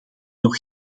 nog